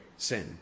Sin